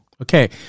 Okay